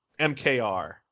mkr